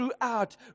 throughout